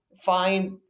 find